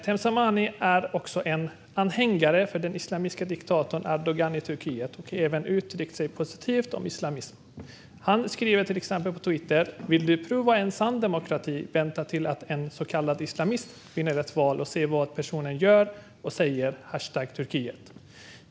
Temsamani är en anhängare av den islamistiske diktatorn Erdogan i Turkiet och har även uttryckt sig positivt om islamism. Han skriver till exempel på Twitter: "Vill du prova en sann demokrat, vänta till att en så kallad islamist vinner ett val och se vad personen gör & säger #Turkiet."